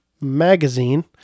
magazine